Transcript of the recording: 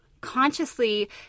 consciously